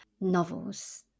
novels